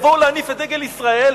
יבואו להניף את דגל ישראל,